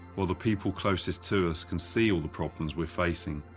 while the people closest to us can see all the problems we're facing,